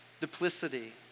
duplicity